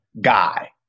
guy